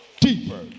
deeper